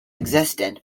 existence